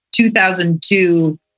2002